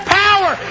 power